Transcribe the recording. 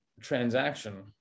transaction